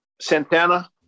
Santana